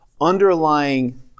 underlying